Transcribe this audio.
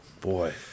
boy